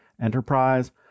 enterprise